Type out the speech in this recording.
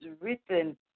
written